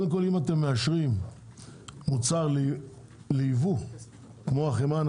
אם אתם מאשרים מוצר לייבוא כמו החמאה,